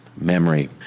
Memory